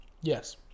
Yes